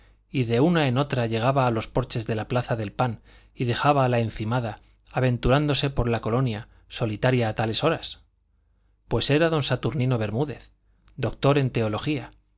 y de una en otra llegaba a los porches de la plaza del pan y dejaba la encimada aventurándose por la colonia solitaria a tales horas pues era don saturnino bermúdez doctor en teología